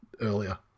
earlier